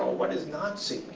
um but is not said?